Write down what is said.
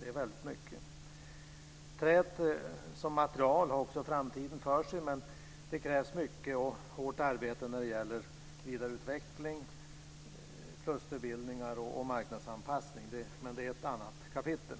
Det är väldigt mycket. Träet som material har också framtiden för sig, men det krävs mycket hårt arbete när det gäller vidareutveckling, klusterbildningar och marknadsanpassning. Men det är ett annat kapitel.